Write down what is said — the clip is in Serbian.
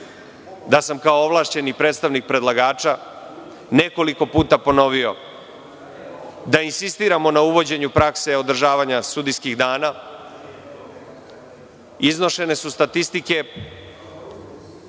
da sam kao ovlašćeni predstavnik predlagača nekoliko puta ponovio da insistiramo na uvođenju prakse održavanja sudijskih dana. Iznošene su statistike